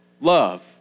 love